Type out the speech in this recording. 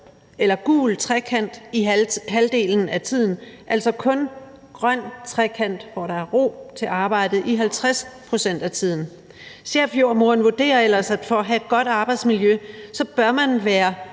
eller gul trekant i halvdelen af tiden; altså kun grøn trekant, hvor der er ro til arbejdet, i 50 pct. af tiden. Chefjordemoderen vurderer ellers, at man for at have et godt arbejdsmiljø bør være